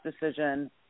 decision